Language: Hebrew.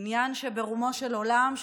עניין שברומו של עולם,